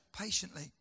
Patiently